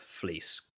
fleece